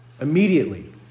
immediately